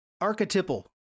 Archetypal